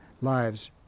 lives